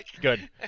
Good